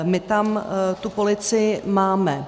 My tam tu policii máme.